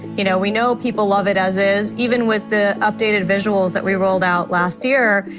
you know we know people love it as is, even with the updated visuals that we rolled out last year.